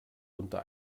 unter